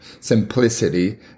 simplicity